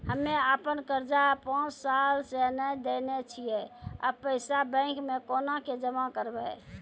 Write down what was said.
हम्मे आपन कर्जा पांच साल से न देने छी अब पैसा बैंक मे कोना के जमा करबै?